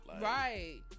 Right